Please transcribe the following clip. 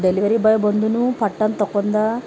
delivery boy ಬಂದನೂ ಪಟ್ಟಂತ ತಕ್ಕೊಂಡ